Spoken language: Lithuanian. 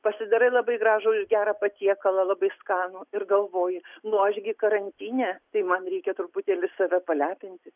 pasidarai labai gražų gerą patiekalą labai skanų ir galvoji nu aš gi karantine tai man reikia truputėlį save palepinti